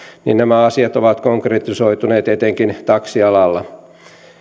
nämä asiat ovat konkretisoituneet etenkin taksialalla